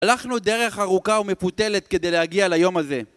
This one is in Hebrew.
הלכנו דרך ארוכה ומפותלת כדי להגיע ליום הזה